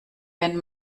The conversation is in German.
wenn